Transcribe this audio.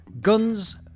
guns